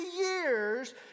years